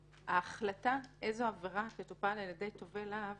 ההחלטה איזו עבירה תטופל על ידי תובעי להב